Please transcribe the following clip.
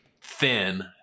Thin